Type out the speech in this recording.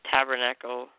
Tabernacle